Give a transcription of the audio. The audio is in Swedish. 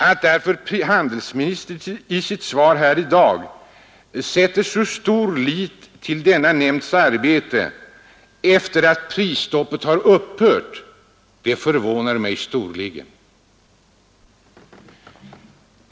Att därför handelsministern i sitt svar här i dag sätter så stor lit till denna nämnds arbete, efter att prisstoppet har upphört, förvånar mig storligen.